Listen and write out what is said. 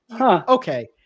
Okay